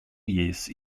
years